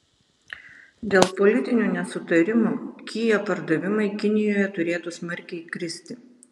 dėl politinių nesutarimų kia pardavimai kinijoje turėtų smarkiai kristi